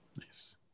Nice